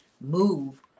move